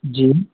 जी